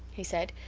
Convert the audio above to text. he said.